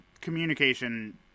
communication